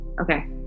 Okay